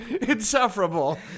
insufferable